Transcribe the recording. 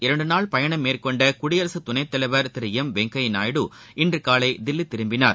இரண்டு நாள் பயணம் மேற்கொண்ட குடியரசு துணைத்தலைவர் திரு எம் பெல்ஜியத்தில் வெங்கையா நாயுடு இன்று காலை தில்லி திரும்பினார்